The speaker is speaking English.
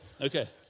Okay